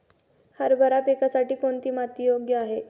हरभरा पिकासाठी कोणती माती योग्य आहे?